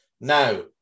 Now